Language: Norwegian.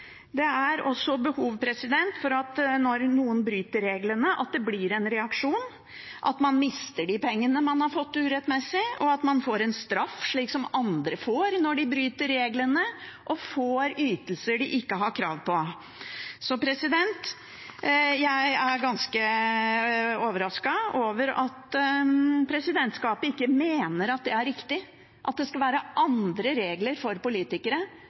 Det er også behov for at det blir en reaksjon når noen bryter reglene, at man mister de pengene man urettmessig har fått, og at man får en straff, slik som andre får når de bryter reglene og får ytelser de ikke har krav på. Jeg er ganske overrasket over at presidentskapet ikke mener at det er riktig, og at det skal være andre regler for politikere